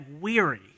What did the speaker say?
weary